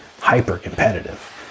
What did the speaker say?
hyper-competitive